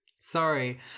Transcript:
Sorry